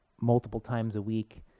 multiple-times-a-week